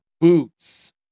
Boots